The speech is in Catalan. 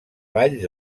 valls